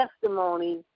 testimony